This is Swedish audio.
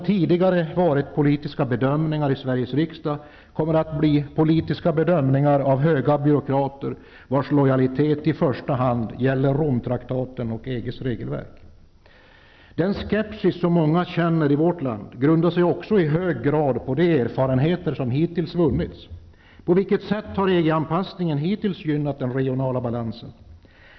Tidigare politiska bedömningar i Sveriges riksdag kommer då att ersättas av politiska bedömningar av höga byråkrater vars lojalitet i första hand gäller Romtraktaten och EG:s regelverk. Den skepsis som många känner i vårt land grundar sig också i hög grad på de erfarenheter som hittills vunnits. På vilket sätt har EG-anpassningen hittills gynnat den regionala balansen?